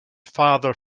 farther